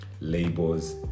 labels